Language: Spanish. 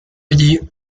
allí